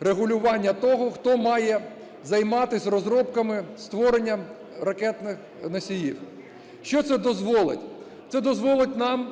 регулювання того, хто має займатись розробками, створенням ракетних носіїв. Що це дозволить? Це дозволить нам